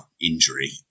injury